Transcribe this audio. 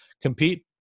compete